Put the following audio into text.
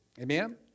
Amen